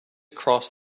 cross